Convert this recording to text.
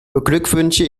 beglückwünsche